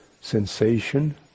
sensation